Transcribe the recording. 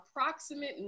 approximate